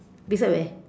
beside where